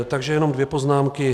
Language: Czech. Takže jenom dvě poznámky.